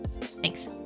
Thanks